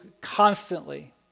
constantly